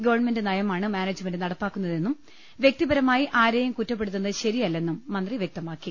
government നയമാണ് management നടപ്പാക്കുന്നതെന്നും വൃക്തി പരമായി ആരെയും കുറ്റപ്പെടുത്തുന്നത് ശരിയല്ലെന്നും മന്ത്രി വ്യക്തമാ ക്കി